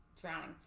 drowning